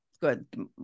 good